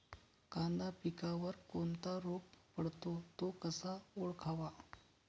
कांदा पिकावर कोणता रोग पडतो? तो कसा ओळखावा?